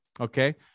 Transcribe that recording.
okay